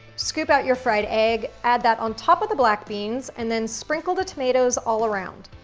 scoop out your fried egg, add that on top of the black beans, and then sprinkle the tomatoes all around.